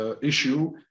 Issue